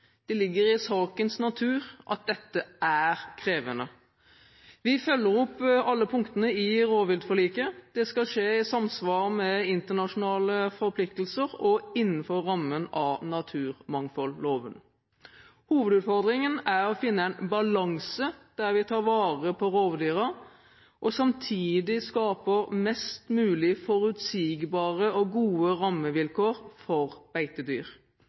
Det ligger i sakens natur at dette er krevende. Vi følger opp alle punktene i rovviltforliket. Det skal skje i samsvar med internasjonale forpliktelser og innenfor rammen av naturmangfoldloven. Hovedutfordringen er å finne en balanse der vi tar vare på rovdyrene og samtidig skaper mest mulig forutsigbare og gode rammevilkår for beitedyr.